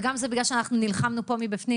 וגם זה בגלל שאנחנו נלחמנו פה מבפנים.